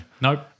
nope